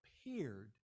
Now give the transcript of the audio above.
appeared